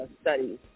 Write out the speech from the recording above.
studies